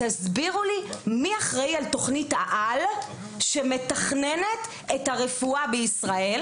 תסבירו לי מי אחראי על תוכנית העל שמתכננת את הרפואה בישראל.